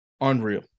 Unreal